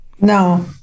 No